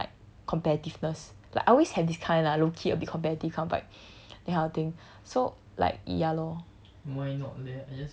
so 我不想要那种 like competitiveness like I always have this kind lah low key a bit competitive kind of vibe that kind of thing so like ya lor